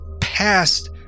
past